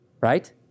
Right